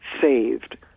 saved